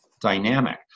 dynamic